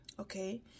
okay